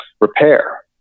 repair